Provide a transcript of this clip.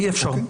אי-אפשר.